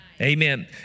Amen